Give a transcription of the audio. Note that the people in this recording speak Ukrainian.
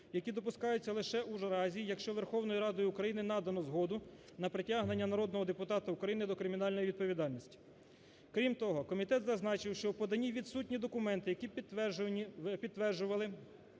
які допускаються лише у разі, якщо Верховною Радою України надано згоду на притягнення народного депутата України до кримінальної відповідальності. Крім того, комітет зазначив, що в поданні відсутні документи, які б підтверджували